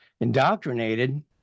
indoctrinated